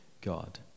God